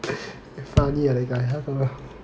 eh funny ah that guy